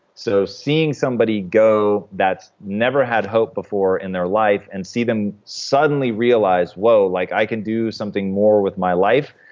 so seeing somebody go, that's never had hope before in their life, and see them suddenly realize, realize, whoa, like i can do something more with my life.